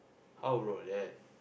how bro like that